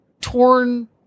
torn